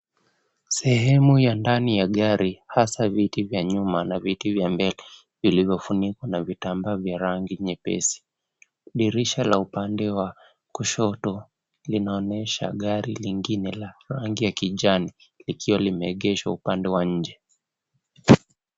Sehemu ya ndani ya gari, hasa viti vya nyuma na viti vya mbele vilivyofunikwa na vitambaa vya rangi nyepesi. Dirisha la upande wa kushoto linaonyesha gari lingine la rangi ya kijani likiwa limeegeshwa upande wa nje.